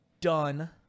done